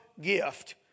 gift